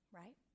right